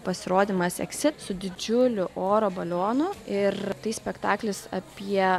pasirodymas eksit su didžiuliu oro balionu ir tai spektaklis apie